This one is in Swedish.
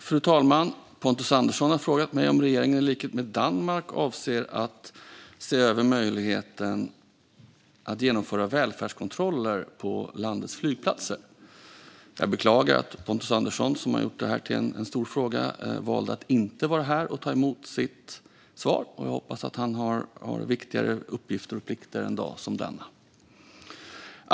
Fru talman! Pontus Andersson har frågat mig om regeringen, i likhet med Danmark, avser att se över möjligheten att genomföra välfärdskontroller på landets flygplatser. Jag beklagar att Pontus Andersson, som har gjort det här till en stor fråga, valt att inte vara här och ta emot sitt svar. Jag hoppas att han har viktigare uppgifter och plikter en dag som denna.